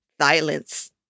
silence